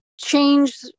change